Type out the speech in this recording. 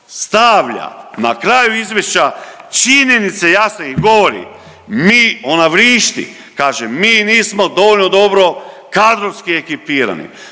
stavlja na kraju izvješća činjenice jasne i govori, mi, ona vrišti, kaže, mi nismo dovoljno dobro kadrovski ekipirani,